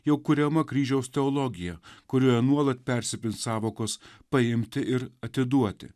jau kuriama kryžiaus teologija kurioje nuolat persipins sąvokos paimti ir atiduoti